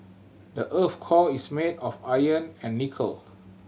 the earth's core is made of iron and nickel